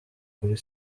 kuri